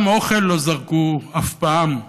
גם אוכל לא זרקו אף פעם,